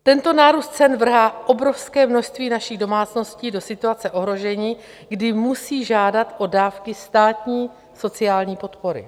Tento nárůst cen vrhá obrovské množství našich domácností do situace ohrožení, kdy musí žádat o dávky státní sociální podpory.